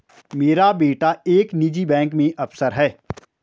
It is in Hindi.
मेरा बेटा एक निजी बैंक में अफसर है